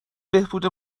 بهبود